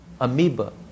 amoeba